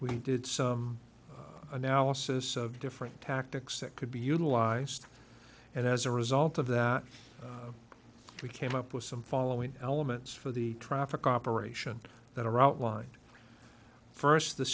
we did some analysis of different tactics that could be utilized as a result of that we came up with some following elements for the traffic operation that are outlined first the